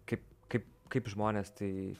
kaip kaip kaip žmonės tai